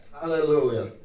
Hallelujah